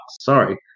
sorry